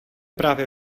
právě